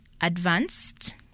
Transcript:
advanced